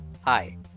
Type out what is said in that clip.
Hi